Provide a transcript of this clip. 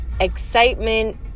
Excitement